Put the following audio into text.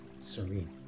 serene